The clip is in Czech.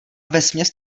vesměs